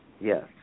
yes